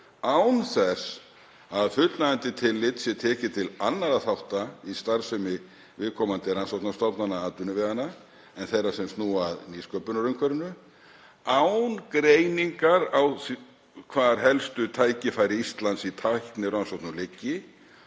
án þess að fullnægjandi tillit sé tekið til annarra þátta í starfsemi viðkomandi rannsóknastofnana atvinnuveganna en þeirra sem snúa að nýsköpunarumhverfinu, án greiningar á hvar helstu tækifæri Íslands í tæknirannsóknum liggi